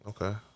Okay